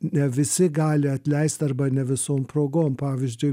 ne visi gali atleist arba ne visom progom pavyzdžiui